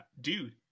dude